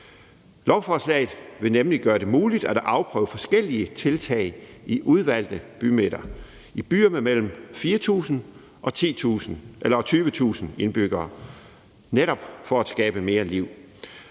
Lovforslaget vil nemlig gøre det muligt at afprøve forskellige tiltag i udvalgte bymidter i byer med mellem 4.000 og 20.000 indbyggere netop for at skabe mere liv.